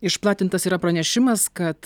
išplatintas yra pranešimas kad